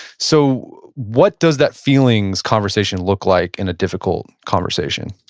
so what does that feelings conversation look like in a difficult conversation?